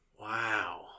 Wow